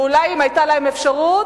ואולי אם היתה להם אפשרות,